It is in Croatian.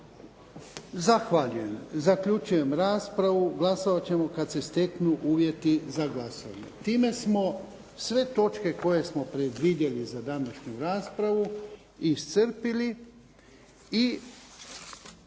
Zahvaljujem. Zaključujem raspravu. Glasovat ćemo kada se steknu uvjeti za glasanje. Time smo sve točke koje smo predvidjeli za današnju raspravu iscrpili i